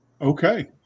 Okay